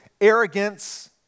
arrogance